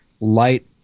light